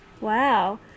Wow